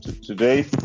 Today